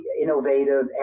innovative